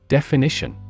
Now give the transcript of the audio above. Definition